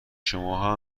شماها